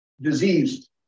diseased